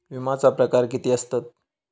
विमाचे प्रकार किती असतत?